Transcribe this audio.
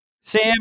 Sam